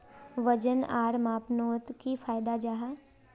वजन आर मापनोत की फायदा जाहा?